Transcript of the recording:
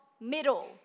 middle